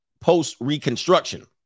post-Reconstruction